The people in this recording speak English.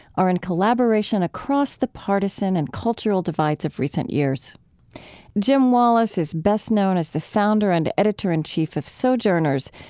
are in collaboration across the partisan and cultural divides of recent years jim wallis is best known as the founder and editor-in-chief of sojourners,